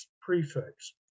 prefix